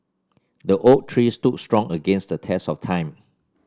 the oak tree stood strong against the test of time